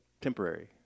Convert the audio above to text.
temporary